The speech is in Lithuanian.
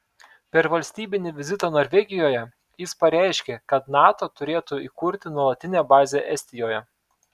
per valstybinį vizitą norvegijoje jis pareiškė kad nato turėtų įkurti nuolatinę bazę estijoje